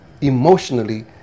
emotionally